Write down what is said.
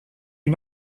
une